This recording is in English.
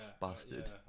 bastard